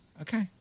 Okay